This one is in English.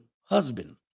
husband